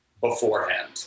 beforehand